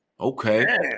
okay